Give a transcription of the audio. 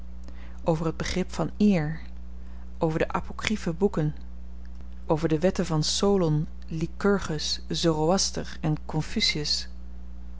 over het begrip van eer over de apokriefe boeken over de wetten van solon lykurgus zoroaster en